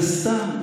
זה סתם.